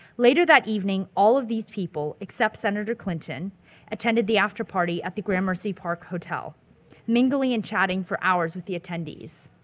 later that evening all of these people except senator clinton attended the after-party at the gramercy park hotel mingling and chatting for hours with the attendees.